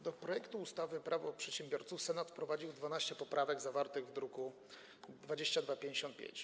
Do projektu ustawy Prawo przedsiębiorców Senat wprowadził 12 poprawek, zawartych w druku nr 2255.